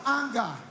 anger